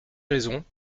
raisons